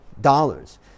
dollars